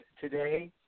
today